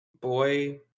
boy